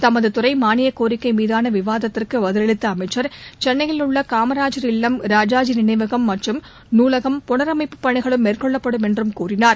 தமதுதுறைமானியக்கோரிக்கைமீதானவிவாதத்திற்குபதிவளித்தஅமைச்சர் சென்னையிலுள்ளகாமராஜர் இல்லம் ராஜாஜிநினைவகம் மற்றும் நூலகம் புனரமைப்புப் பணிகளும் மேற்கொள்ளப்படும் என்றும் கூறினார்